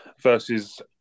versus